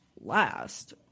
last